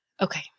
Okay